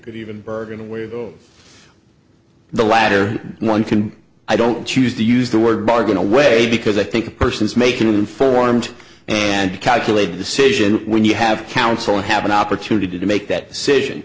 or even bergen away though the latter one can i don't choose to use the word bargain away because i think a person's make an informed and calculated decision when you have counsel have an opportunity to make that decision